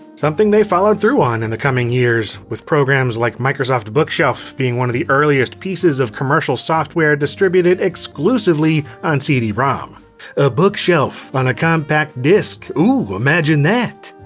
something they followed through on in the coming years, with programs like microsoft bookshelf being one of the earliest pieces of commercial software distributed exclusively on cd-rom. a bookshelf on a compact disc, ooh imagine that!